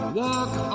walk